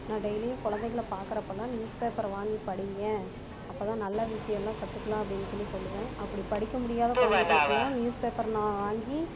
நான் டெய்லியும் குழந்தைகளை பார்க்கறப்பெல்லாம் நியூஸ் பேப்பரை வாங்கி படிங்க அப்போ தான் நல்ல விஷயெல்லாம் கற்றுக்கலாம் அப்படின்னு சொல்லி சொல்லுவேன் அப்படி படிக்க முடியாத குழந்தைகளுக்குலாம் நியூஸ் பேப்பர் நான் வாங்கி